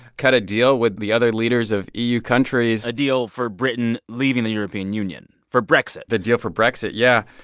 cut a deal with the other leaders of eu countries. a deal for britain leaving the european union for brexit the deal for brexit, yeah.